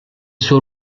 suo